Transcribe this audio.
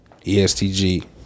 ESTG